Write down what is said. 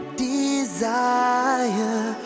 desire